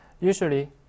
Usually